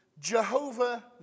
Jehovah